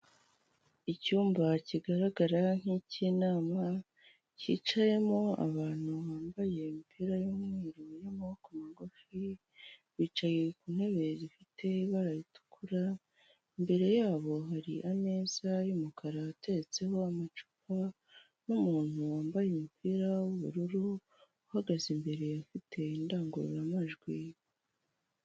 Icyumba kigaragara nk'icy'inama cyicayemo abantu bambaye imipira y'umweru y'amaboko magufi, bicaye ku ntebe zifite ibara ritukura, imbere yabo hari ameza y'umukara ateretseho amacupa n'umuntu wambaye umupira w'ubururu, uhagaze imbere ufite indangururamajwi.